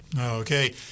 Okay